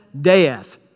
death